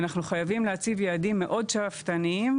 אנחנו חייבים להציב יעדים מאוד שאפתניים,